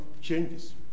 changes